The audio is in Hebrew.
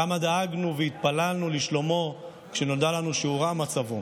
כמה דאגנו והתפללנו לשלומו כשנודע לנו שהורע מצבו,